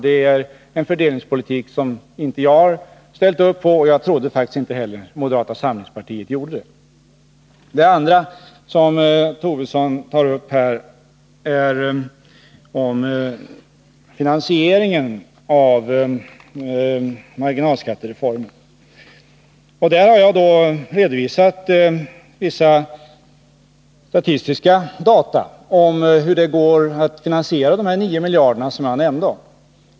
Det är en fördelningspolitik som inte jag har ställt upp på, och jag tror faktiskt inte heller att moderata samlingspartiet gör det. Det andra spörsmålet som Lars Tobisson tar upp här är finansieringen av marginalskattereformen. Jag har redovisat vissa statistiska data om hur det går att finansiera de 9 miljarder kronor som jag nämnde.